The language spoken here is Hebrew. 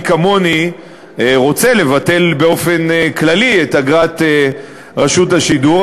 מי כמוני רוצה לבטל באופן כללי את אגרת רשות השידור,